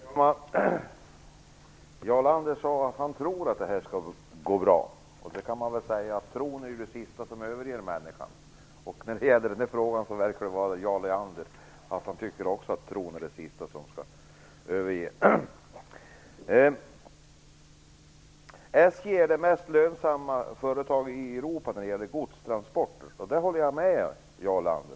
Herr talman! Jarl Lander sade att han tror att det här skall gå bra. Man kan väl säga att tron är det sista som överger människan, och när det gäller den här frågan verkar Jarl Lander också vara inne på att tron är det sista som skall överge honom. SJ är det mest lönsamma företaget i Europa när det gäller godstransporter, och där håller jag med Jarl Lander.